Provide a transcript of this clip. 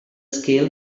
scale